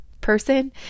person